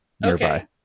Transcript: nearby